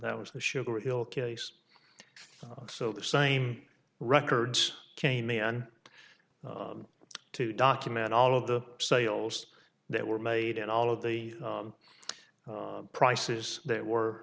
that was the sugarhill case so the same records came in to document all of the sales that were made and all of the prices there were